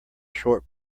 short